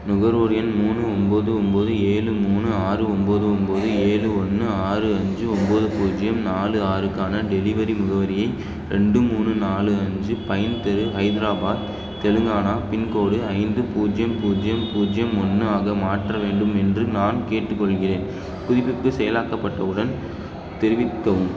நுகர்வோர் எண் மூணு ஒம்பது ஒம்பது ஏழு மூணு ஆறு ஒம்பது ஒம்பது ஏழு ஒன்னு ஆறு அஞ்சு ஒம்பது பூஜ்ஜியம் நாலு ஆறுக்கான டெலிவரி முகவரியை ரெண்டு மூணு நாலு அஞ்சு பைன் தெரு ஐதராபாத் தெலுங்கானா பின்கோடு ஐந்து பூஜ்ஜியம் பூஜ்ஜியம் பூஜ்ஜியம் ஒன்று ஆக மாற்ற வேண்டும் என்று நான் கேட்டுக்கொள்கிறேன் புதுப்பிப்பு செயலாக்கப்பட்டவுடன் தெரிவிக்கவும்